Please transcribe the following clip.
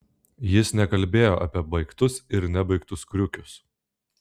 jis nekalbėjo apie baigtus ir nebaigtus kriukius